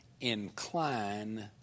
incline